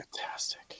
fantastic